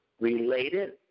related